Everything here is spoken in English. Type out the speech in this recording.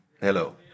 Hello